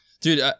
Dude